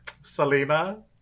Selena